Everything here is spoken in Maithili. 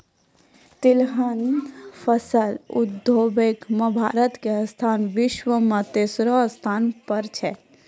तिलहन फसल उगाबै मॅ भारत के स्थान विश्व मॅ तेसरो स्थान पर छै